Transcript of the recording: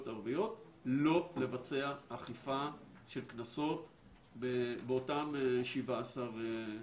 הערביות לא לבצע אכיפה של קנסות באותם 17 יישובים.